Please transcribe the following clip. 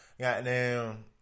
Goddamn